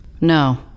No